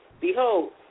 Behold